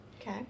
Okay